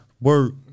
work